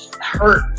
hurt